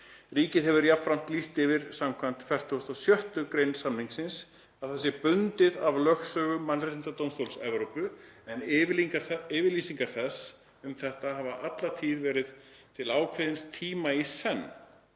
Ríkið hefur jafnframt lýst yfir skv. 46. gr. samningsins að það sé bundið af lögsögu Mannréttindadómstóls Evrópu, en yfirlýsingar þess um þetta hafa alla tíð verið til ákveðins tíma í senn.